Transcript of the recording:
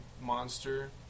monster